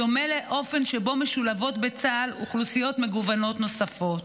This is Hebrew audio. בדומה לאופן שבו משולבות בצה"ל אוכלוסיות מגוונות נוספות.